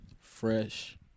Fresh